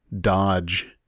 dodge